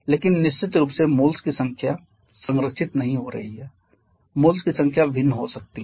लेकिन निश्चित रूप से मोल्स की संख्या संरक्षित नहीं हो रही है मोल्स की संख्या भिन्न हो सकती है